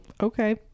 okay